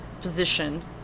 position